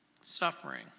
suffering